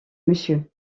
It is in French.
monsieur